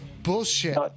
Bullshit